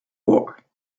war